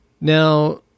Now